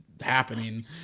happening